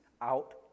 out